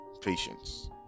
Patience